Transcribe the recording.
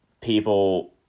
people